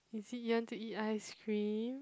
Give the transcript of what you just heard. is it you want to eat ice cream